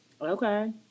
Okay